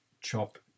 chop